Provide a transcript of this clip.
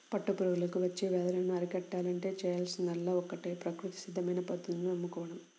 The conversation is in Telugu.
పట్టు పురుగులకు వచ్చే వ్యాధులను అరికట్టాలంటే చేయాల్సిందల్లా ఒక్కటే ప్రకృతి సిద్ధమైన పద్ధతులను నమ్ముకోడం